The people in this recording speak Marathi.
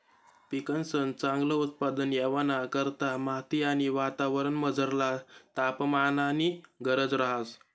पिकंसन चांगल उत्पादन येवाना करता माती आणि वातावरणमझरला तापमाननी गरज रहास